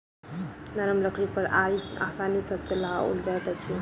नरम लकड़ी पर आरी आसानी सॅ चलाओल जाइत अछि